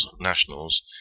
nationals